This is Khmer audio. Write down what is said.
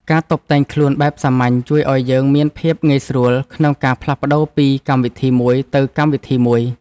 ការតុបតែងខ្លួនបែបសាមញ្ញជួយឱ្យយើងមានភាពងាយស្រួលក្នុងការផ្លាស់ប្តូរពីកម្មវិធីមួយទៅកម្មវិធីមួយ។